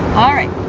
all right